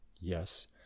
Yes